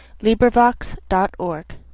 LibriVox.org